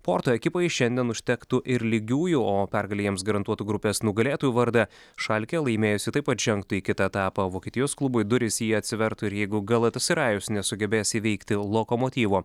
porto ekipai šiandien užtektų ir lygiųjų o pergalė jiems garantuotų grupės nugalėtojų vardą šalke laimėjusi taip pat žengtų į kitą etapą vokietijos klubui durys į jį atsivertų ir jeigu galatasarajus nesugebės įveikti lokomotyvo